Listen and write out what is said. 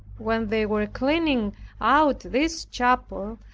when they were cleaning out this chapel,